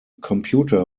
computer